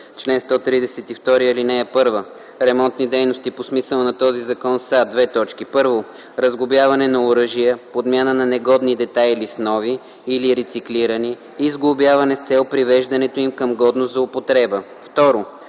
„Чл. 132. (1) Ремонтни дейности по смисъла на този закон са: 1. разглобяване на оръжия, подмяна на негодни детайли с нови или рециклирани и сглобяване с цел привеждането им към годност за употреба; 2.